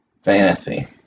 fantasy